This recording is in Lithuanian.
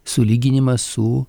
sulyginimas su